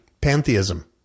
Pantheism